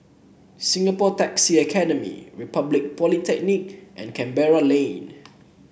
Singapore Taxi Academy Republic Polytechnic and Canberra Lane